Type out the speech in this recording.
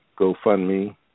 GoFundMe